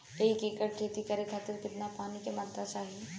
एक एकड़ खेती करे खातिर कितना पानी के मात्रा चाही?